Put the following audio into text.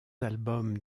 albums